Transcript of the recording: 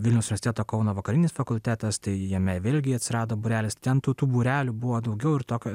vilniaus universiteto kauno vakarinis fakultetas tai jame vėlgi atsirado būrelis ten tų tų būrelių buvo daugiau ir tokio